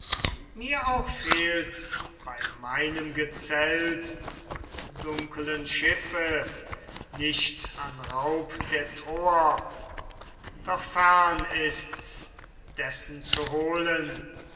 mir auch fehlt's bei meinem gezelt und dunkelen schiffe nicht an raub der troer doch fern ist's dessen zu holen